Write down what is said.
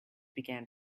began